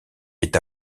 est